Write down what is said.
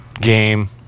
game